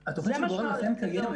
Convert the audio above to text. לא, התוכנית של גורל אכן קיימת.